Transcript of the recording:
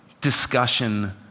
discussion